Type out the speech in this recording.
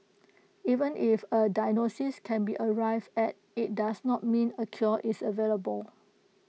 even if A diagnosis can be arrived at IT does not mean A cure is available